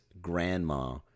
grandma